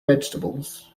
vegetables